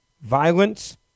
violence